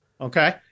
Okay